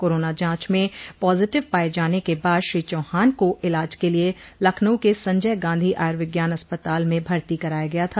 corona जाँच में positive पाये जाने के बाद श्री चौहान को इलाज के लिए लखनऊ के संजय गांधी आर्युविज्ञान अस्पताल में भर्ती कराया गया था